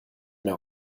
mehr